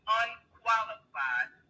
unqualified